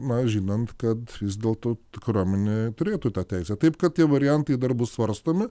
na žinant kad vis dėlto ta kariuomenė turėtų tą teisę taip kad tie variantai dar bus svarstomi